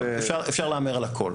אפשר להמר על הכול.